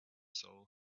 soul